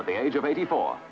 at the age of eighty four